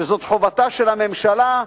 זאת חובתה של הממשלה,